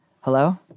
Hello